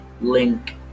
Link